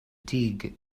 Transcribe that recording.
dig